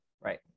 right